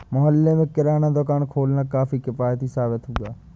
मोहल्ले में किराना दुकान खोलना काफी किफ़ायती साबित हुआ